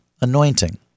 anointing